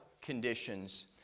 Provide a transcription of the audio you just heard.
conditions